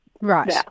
Right